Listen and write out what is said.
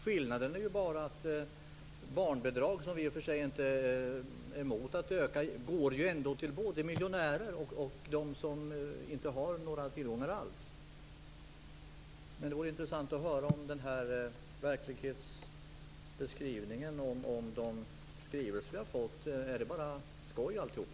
Skillnaden är ju bara att barnbidrag, som vi i och för sig inte har något emot att man ökar, går både till miljonärer och dem som inte har några tillgångar alls. Det vore intressant att höra om verklighetsbeskrivningen och de skrivningar vi fått. Är det bara skoj alltihop?